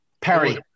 Perry